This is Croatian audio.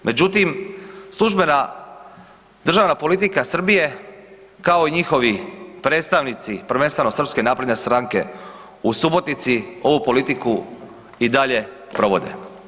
Međutim, službena državna politika Srbije, kao i njihovi predstavnici, prvenstveno Srpske napredne stranke u Subotici ovu politiku i dalje provode.